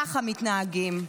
ככה מתנהגים.